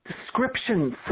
Descriptions